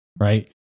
right